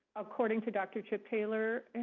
according to doctor chip taylor,